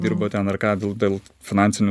dirbo ten ar ką dėl dėl finansinių